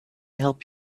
help